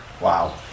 wow